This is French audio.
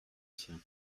sien